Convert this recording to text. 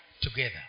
together